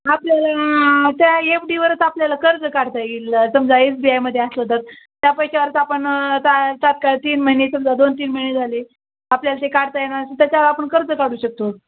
आपल्याला त्या एफ डीवरच आपल्याला कर्ज काढता येईल समजा एस बी आयमध्ये असलं तर त्या पैशावरच आपण ता तात्काळ तीन महिने समजा दोन तीन महिने झाले आपल्याला ते काढता येणार नसलं त्याच्यावर आपण कर्ज काढू शकतो